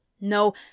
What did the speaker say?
No